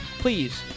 Please